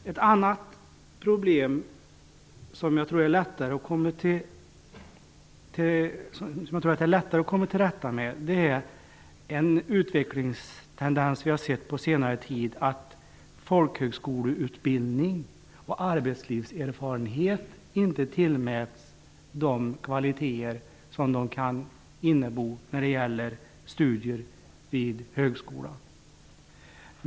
Det fjärde problemet -- som jag tror det är lättare att komma till rätta med -- är den utvecklingstendens som vi sett på senare tid, att folkhögskoleutbildning och arbetslivserfarenhet inte tillmäts de kvaliteter som de kan ha när det gäller studier vid högskola.